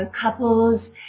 couples